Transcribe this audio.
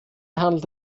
handelt